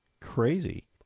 crazy